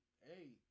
hey